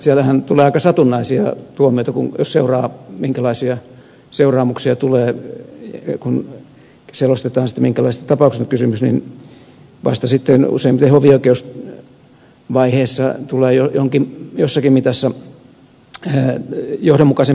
siellähän tulee aika satunnaisia tuomioita jos seuraa minkälaisia seuraamuksia tulee kun selostetaan sitä minkälaisesta tapauksesta on kysymys niin useimmiten vasta hovioikeusvaiheessa rangaistustasoista tulee jo jossakin mitassa johdonmukaisempia